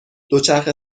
دوچرخه